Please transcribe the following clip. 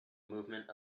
movement